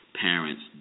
parents